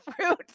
fruit